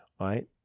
Right